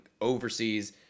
overseas